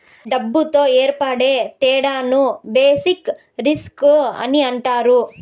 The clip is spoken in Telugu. డబ్బులతో ఏర్పడే తేడాను బేసిక్ రిస్క్ అని అంటారు